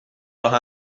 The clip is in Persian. راه